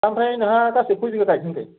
ओमफ्राय नोंहा गासै कय बिघा गायखांखो